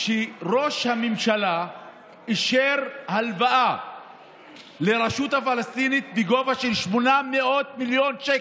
שראש הממשלה אישר הלוואה לרשות הפלסטינית בגובה של 800 מיליון שקל.